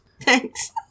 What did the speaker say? Thanks